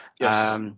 Yes